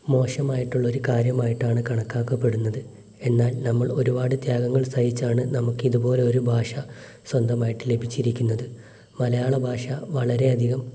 മോശമായിട്ടുള്ളൊരു കാര്യമായിട്ടാണ് കണക്കാക്കപ്പെടുന്നത് എന്നാൽ നമ്മൾ ഒരുപാട് ത്യാഗങ്ങൾ സഹിച്ചാണ് നമുക്ക് ഇതുപോലൊരു ഭാഷ സ്വന്തമായിട്ട് ലഭിച്ചിരിക്കുന്നത് മലയാള ഭാഷ വളരെയധികം